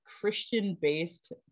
Christian-based